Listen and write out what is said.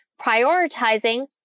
prioritizing